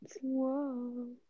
Whoa